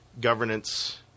governance